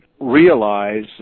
realize